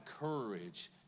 courage